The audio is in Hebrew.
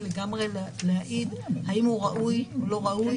לגמרי להעיד האם הוא ראוי או לא ראוי.